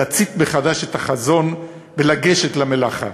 להצית מחדש את החזון ולגשת למלאכה.